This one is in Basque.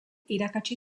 irakatsi